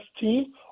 team